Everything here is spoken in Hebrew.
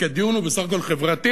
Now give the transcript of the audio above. כי הדיון הוא בסך הכול חברתי,